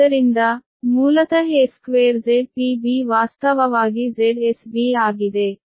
ಆದ್ದರಿಂದ ಮೂಲತಃ a2ZpB ವಾಸ್ತವವಾಗಿ ZsB ಆಗಿದೆ